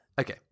Okay